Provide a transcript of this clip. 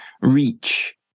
reach